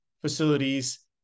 facilities